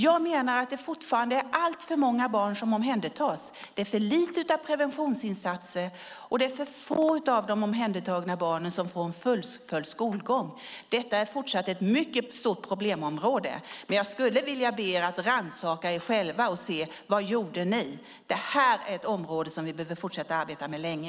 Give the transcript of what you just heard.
Jag menar att det fortfarande är alltför många barn som omhändertas. Det är för lite av preventionsinsatser och det är för få av de omhändertagna barnen som fullföljer sin skolgång. Det är fortsatt ett mycket stort problemområde. Jag vill be er att rannsaka er själva och se vad ni gjorde. Det här är ett område som vi behöver fortsätta att arbeta med länge.